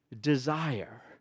desire